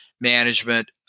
management